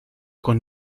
con